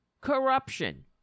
corruption